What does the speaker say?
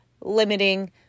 limiting